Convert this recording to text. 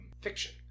fiction